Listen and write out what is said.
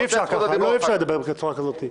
אי אפשר לדבר בצורה כזאת.